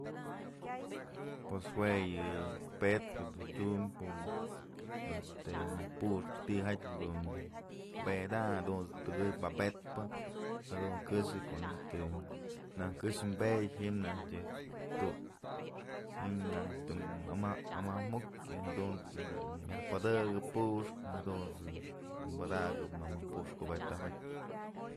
Pues jue yë petkë jedun tyum este najk puxk ti'ija jatyë dun bedayn jadunt's tëkënyë bapetpë jadun këxë ko'o najtyë dun këxë pedyë ji'im najtyë du, ji'im najtyë tëm amajmukyë myaj pëdëkëp puxkë y jadunt's padakëp ma mëjkpuxk kubeta jotyë.